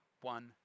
one